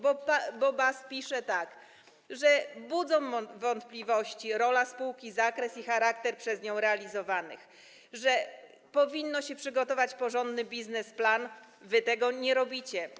BAS pisze, że budzą wątpliwości rola spółki, zakres i charakter przez nią realizowany, a także że powinno się przygotować porządny biznesplan - wy tego nie robicie.